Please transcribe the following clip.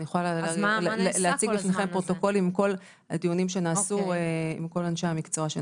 אני יכולה להציג לכם פרוטוקולים עם כל הדיונים שנעשו עם אנשי המקצוע.